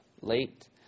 late